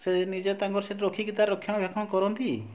ସେ ନିଜେ ତାଙ୍କର ସେଠି ରଖିକି ତା'ର ରକ୍ଷଣାବେକ୍ଷଣ କରନ୍ତି